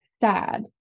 sad